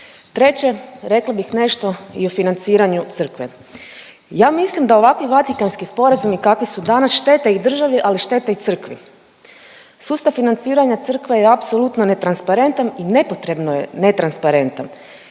Treće, rekla bih nešto i o financiranju crkve. Ja mislim da ovakvi Vatikanski sporazumi kakvi su danas štete i državi, ali štete i crkvi. Sustav financiranja crkve je apsolutno netransparentan i nepotrebno je, netransparentan,